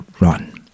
run